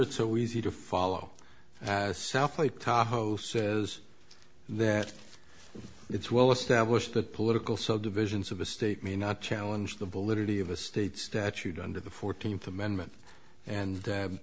it's so easy to follow south lake tahoe says that it's well established that political subdivisions of a state may not challenge the validity of a state statute under the fourteenth amendment and